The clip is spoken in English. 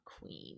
queen